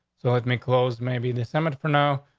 so let me close. maybe the senate for now.